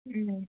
ও